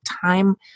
time